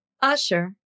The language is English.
Usher